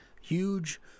huge